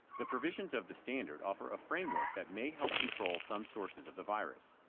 the provisions of the standard offer a framework that may help control some sources of the virus,